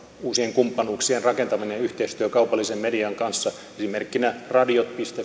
uusien kumppanuuksien rakentaminen ja yhteistyö kaupallisen median kanssa esimerkkinä radiot